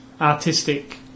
artistic